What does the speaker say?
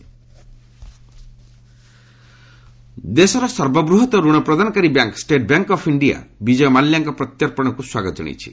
ମାଲ୍ୟା ଦେଶର ସର୍ବବୃହତ ରଣପ୍ରଦାନକାରୀ bank state bank of India Vijay ମାଲ୍ୟାଙ୍କ ପ୍ରତ୍ୟର୍ପଶକୁ ସ୍ୱାଗତ ଜଣାଇଛି